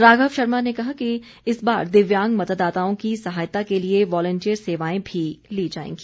राघव शर्मा ने कहा कि इस बार दिव्यांग मतदाताओं की सहायता के लिए वॉलंटियर सेवाएं भी ली जाएगी